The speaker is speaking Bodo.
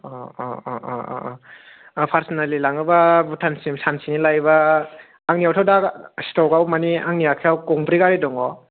औ पार्सानेलि लाङोबा भुटान सिम सानसेनि लायोबा आंनियावथ' दा स्ट'काव मानि आंनि आखायाव गंब्रै गारि दङ'